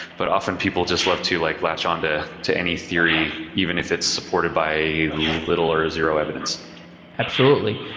but often people just love to like latch on to to any theory even if it's supported by a little or zero evidence absolutely.